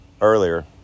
earlier